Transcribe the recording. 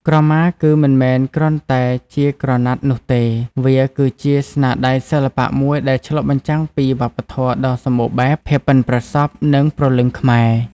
ក្រមាគឺមិនមែនគ្រាន់តែជាក្រណាត់នោះទេ វាគឺជា ស្នាដៃសិល្បៈមួយដែលឆ្លុះបញ្ចាំងពីវប្បធម៌ដ៏សម្បូរបែប ភាពប៉ិនប្រសប់ និងព្រលឹងខ្មែរ។